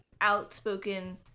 outspoken